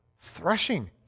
Threshing